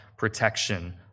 protection